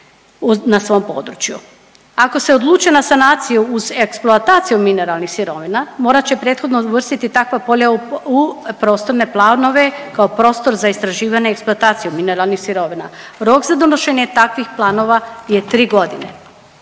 na svom području. Ako se odluče na sanaciju uz eksploataciju mineralnih sirovina morat će prethodno uvrstiti takva polja u prostorne planove kao prostor za istraživanje i eksploataciju mineralnih sirovina. Rok za donošenje takvih planova je tri godine.